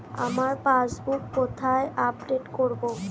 আমার পাসবুক কোথায় আপডেট করব?